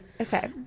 Okay